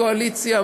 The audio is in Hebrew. יש קואליציה.